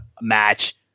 match